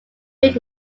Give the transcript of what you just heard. big